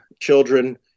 children